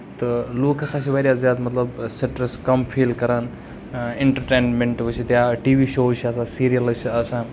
تہٕ لُکھ ہسا چھِ واریاہ زیادٕ مطلب سِٹریس کَم فیٖل کران اِنٹرٹینمینٹ وُچھِتھ یا ٹی وی شوٗز چھِ آسان یا سِریِلٕز چھِ آسان